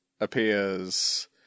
appears